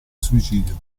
suicidio